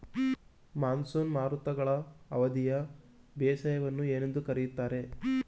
Monsoon ಮಾರುತಗಳ ಅವಧಿಯ ಬೇಸಾಯವನ್ನು ಏನೆಂದು ಕರೆಯುತ್ತಾರೆ?